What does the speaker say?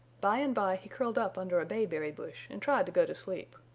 by and by he curled up under a bayberry bush and tried to go to sleep,